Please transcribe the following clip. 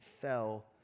fell